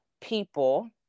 people